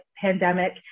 pandemic